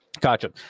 Gotcha